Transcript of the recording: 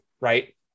right